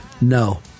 No